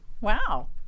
Wow